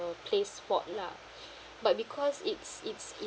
place fault lah but because it's it's